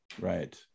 right